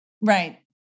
Right